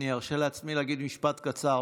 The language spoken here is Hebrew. אני ארשה לעצמי להגיד משפט קצר,